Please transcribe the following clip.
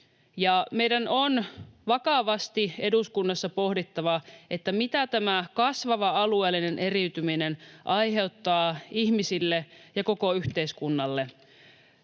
Meidän on vakavasti eduskunnassa pohdittava, mitä tämä kasvava alueellinen eriytyminen aiheuttaa ihmisille ja koko yhteiskunnalle.